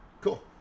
cool